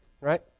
right